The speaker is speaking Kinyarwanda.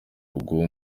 uguha